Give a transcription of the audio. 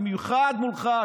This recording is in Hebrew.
במיוחד מולך,